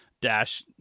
Dash